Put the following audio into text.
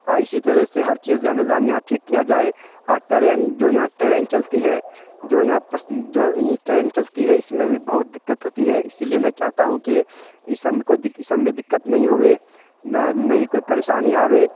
اور اسی طرح سے ہر چیز کا نظام یہاں ٹھیک کیا جائے اور ٹرین جو یہاں ٹرین چلتی ہے جو یہاں جو ٹرین چلتی ہے اس میں بھی بہت دقت ہوتی ہے اسی لیے میں چاہتا ہوں کہ اس سم کو اس سب میں دقت نہیں ہوے نہ نہیں کوئی پریشانی آوے